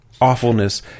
awfulness